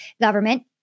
government